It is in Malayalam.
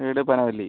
വീട് പനവല്ലി